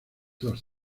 dos